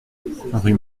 rue